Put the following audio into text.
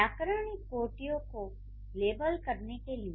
व्याकरणिक कोटियों को लेबल करने के लिए